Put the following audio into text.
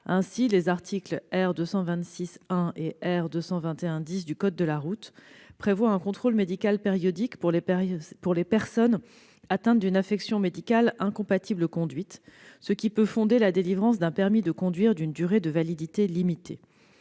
Ainsi, les articles R. 226-1 et R. 221-10 du code de la route prévoient un contrôle médical périodique pour les personnes atteintes d'une affection médicale incompatible avec la conduite, ce qui peut fonder la délivrance d'un permis de conduire d'une durée de validité limitée.